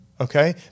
okay